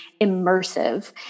immersive